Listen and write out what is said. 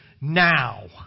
now